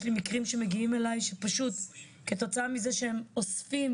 יש לי מקרים שמגיעים אלי שפשוט כתוצאה מזה שהם אוספים